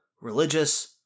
religious